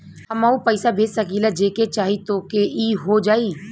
हमहू पैसा भेज सकीला जेके चाही तोके ई हो जाई?